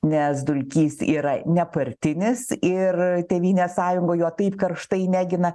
nes dulkys yra nepartinis ir tėvynės sąjunga jo taip karštai negina